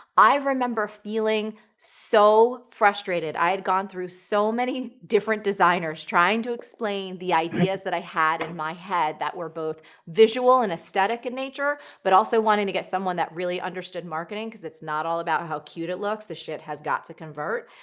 i remember feeling so frustrated. i had gone through so many different designers trying to explain the ideas that i had in my head that were both visual and aesthetic in nature, but also wanting to get someone that really understood marketing, because it's not all about how cute it looks. the shit has got to convert.